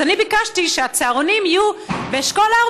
אז אני ביקשתי שהצהרונים יהיו באשכול 4,